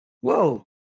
whoa